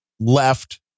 left